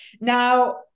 Now